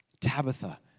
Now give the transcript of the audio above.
Tabitha